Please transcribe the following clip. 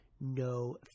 no